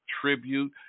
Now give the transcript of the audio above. tribute